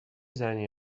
زنی